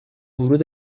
ورود